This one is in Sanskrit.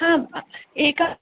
एकः